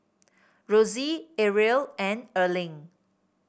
Rosie Arielle and Erling